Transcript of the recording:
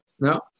no